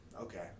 okay